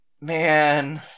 Man